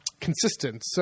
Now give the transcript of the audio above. consistent